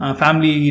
family